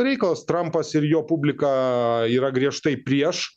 reikalas trampas ir jo publika yra griežtai prieš